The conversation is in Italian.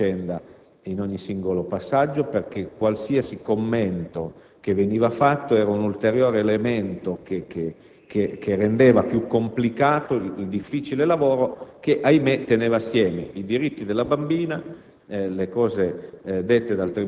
ho evitato di commentare la vicenda in ogni singolo passaggio, perché qualsiasi commento che veniva fatto era un ulteriore elemento che rendeva più complicato il difficile lavoro di mettere insieme i diritti della bambina,